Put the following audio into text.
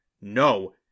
No